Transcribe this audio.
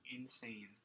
insane